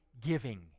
giving